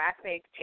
traffic